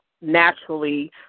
naturally